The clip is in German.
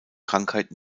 krankheit